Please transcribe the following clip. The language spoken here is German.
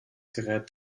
gerät